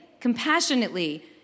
compassionately